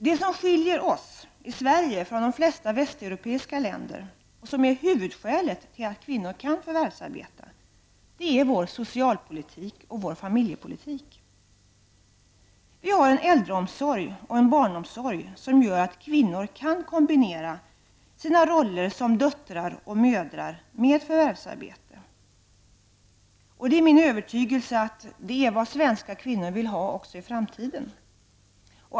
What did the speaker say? Det som skiljer Sverige från de flesta västeuropeiska länder och som är huvudskälet till att kvinnor kan förvärvsarbeta är vår socialpolitik och vår familjepolitik. Vi har en äldreomsorg och en barnomsorg som möjliggör att kvinnor kan kombinera sina roller som döttrar och mödrar med förvärvsarbete. Det är min övertygelse att det är vad svenska kvinnor vill ha också i framtiden.